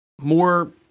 more